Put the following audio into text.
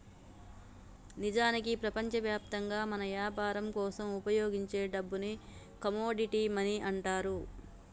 నిజానికి ప్రపంచవ్యాప్తంగా మనం యాపరం కోసం ఉపయోగించే డబ్బుని కమోడిటీ మనీ అంటారు